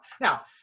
now